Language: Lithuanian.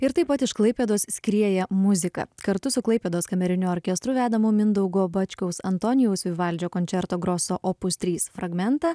ir taip pat iš klaipėdos skrieja muzika kartu su klaipėdos kameriniu orkestru vedamu mindaugo bačkaus antonijaus vivaldžio končerto groso opus trys fragmentą